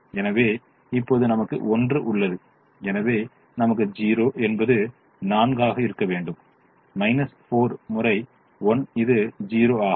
எனவே இப்போது நமக்கு 1 உள்ளது எனவே நமக்கு 0 என்பது 4 இருக்க வேண்டும் 4 முறை 1 இது ௦ ஆகும்